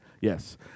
Yes